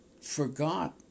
forgot